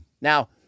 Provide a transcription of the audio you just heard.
Now